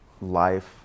life